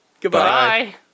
Goodbye